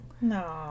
no